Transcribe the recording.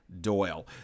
Doyle